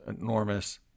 enormous